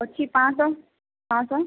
ଅଛି ପାଞ୍ଚ ଶହ ପାଞ୍ଚ ଶହ